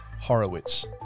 Horowitz